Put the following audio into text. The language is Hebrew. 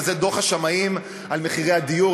וזה דוח השמאים על מחירי הדיור.